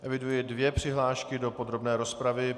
Eviduji dvě přihlášky do podrobné rozpravy.